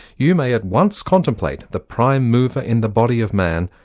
you may at once contemplate the prime mover in the body of man,